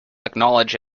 acknowledge